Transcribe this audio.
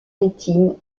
intime